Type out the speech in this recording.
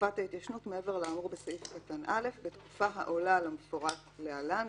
תקופת ההתיישנות מעבר לאמור בסעיף קטן (א) בתקופה העולה על המפורט להלן,